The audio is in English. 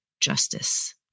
justice